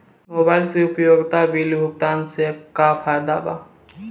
Mobile से उपयोगिता bill भुगतान से का फायदा बा?